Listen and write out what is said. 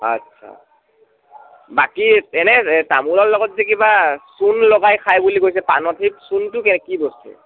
আচ্ছা বাকী এনেই তামোলৰ লগত যে কিবা চূণ লগাই খাই বুলি কৈছে পাণত সেই চূণটো কে কি বস্তু